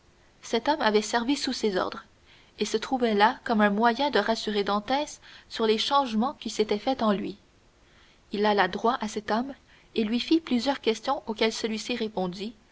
cet homme avait servi sous ses ordres et se trouvait là comme un moyen de rassurer dantès sur les changements qui s'étaient faits en lui il alla droit à cet homme et lui fit plusieurs questions auxquelles celui-ci répondit